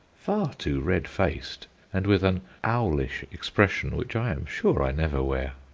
far too red-faced, and with an owlish expression which i am sure i never wear.